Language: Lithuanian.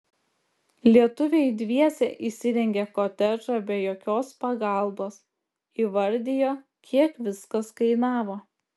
lietuviai dviese įsirengė kotedžą be jokios pagalbos įvardijo kiek viskas kainavo